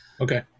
Okay